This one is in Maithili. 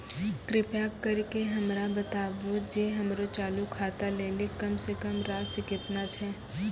कृपा करि के हमरा बताबो जे हमरो चालू खाता लेली कम से कम राशि केतना छै?